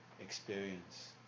experience